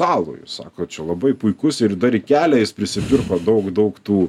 alų jis sako čia labai puikus ir dar į kelią jis prisipirko daug daug tų